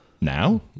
Now